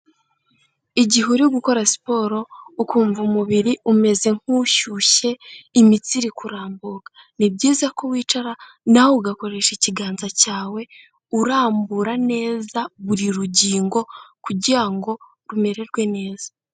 Igihe uri gukora siporo ukumva umubiri umeze nk'ushyushye, imitsi iri kurambuka, ni byiza ko wicara nawe ugakoresha ikiganza cyawe, urambura neza buri rugingo kugira ngo rumererwe neza.